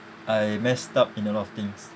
I messed up in a lot of things